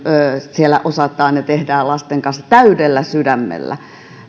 siellä osataan ja tehdään lasten kanssa täydellä sydämellä